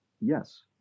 Yes